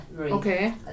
okay